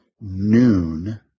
noon